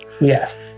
Yes